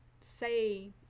say